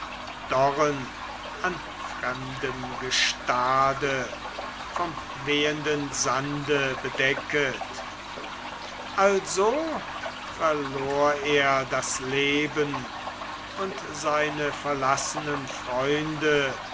dorren an fremdem gestade vom wehenden sande bedecket also verlor er das leben und seine verlassenen freunde